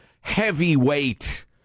heavyweight